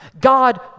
God